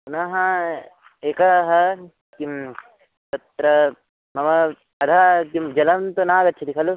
पुनः एकः किं तत्र मम अधः किं जलं तु न आगच्छति खलु